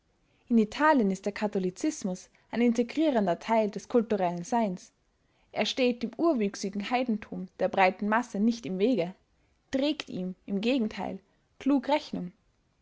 in italien ist der katholizismus ein integrierender teil des kulturellen seins er steht dem urwüchsigen heidentum der breiten masse nicht im wege trägt ihm im gegenteil klug rechnung